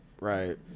right